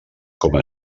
coma